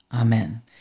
Amen